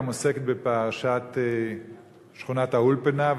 עוסקות בפרשת שכונת-האולפנה,